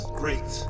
great